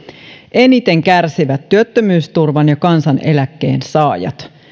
eniten kärsivät työttömyysturvan ja kansaneläkkeen saajat